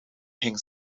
hing